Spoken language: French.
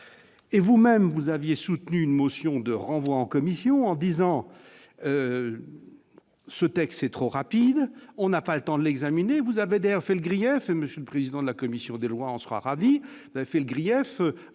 et vous-même vous aviez soutenu une motion de renvoi en commission, en disant : ce texte, c'est trop rapide, on n'a pas le temps de l'examiner vous Baader fait le griefs